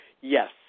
Yes